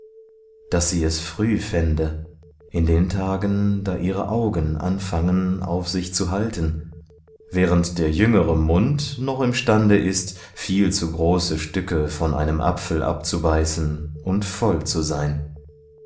daß sie es früh fände in den tagen da ihre augen anfangen auf sich zu halten während der jüngere mund noch imstande ist viel zu große stücke von einem apfel abzubeißen und voll zu sein